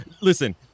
Listen